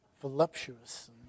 voluptuous